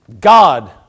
God